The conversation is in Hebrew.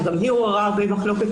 שגם היא עוררה הרבה מחלוקת,